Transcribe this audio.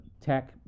tech